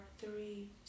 three